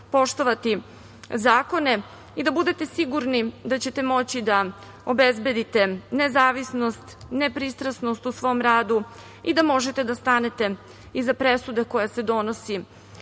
poštovati zakone i da budete sigurni da ćete moći da obezbedite nezavisnost, nepristrasnost u svom radu i da možete da stanete iza presuda koje se donose